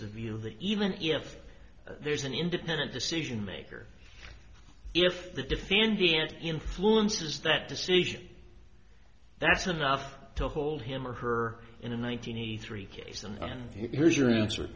the view that even if there's an independent decision maker if the defendant influences that decision that's enough to hold him or her in a one thousand eat three case and here's your answer